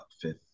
fifth